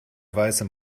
weißem